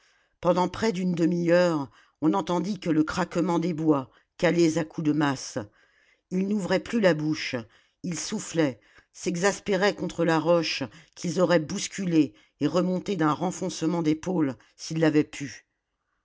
pendant près d'une demi-heure on n'entendit que le craquement des bois calés à coups de masse ils n'ouvraient plus la bouche ils soufflaient s'exaspéraient contre la roche qu'ils auraient bousculée et remontée d'un renfoncement d'épaules s'ils l'avaient pu